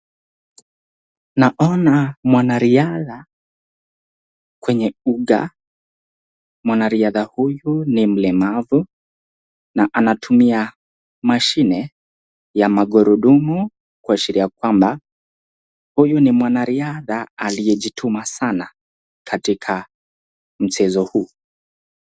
Naona mwanariadha kwenye ugaa mwanariadha huyu ni mlemavu na anatumia mashine ya magurudumu kuashiria kwamba huyu ni mwanariadha aliyejituma sana sana katika mchezo huu.